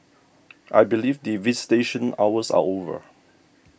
I believe the visitation hours are over